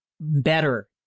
better